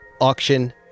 auction